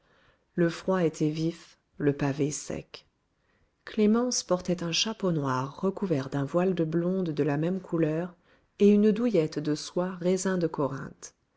le froid était vif le pavé sec clémence portait un chapeau noir recouvert d'un voile de blonde de la même couleur et une douillette de soie raisin de corinthe